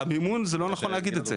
המימון זה לא נכון להגיד את זה.